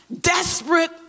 desperate